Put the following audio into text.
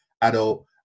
adult